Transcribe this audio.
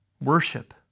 worship